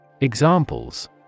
Examples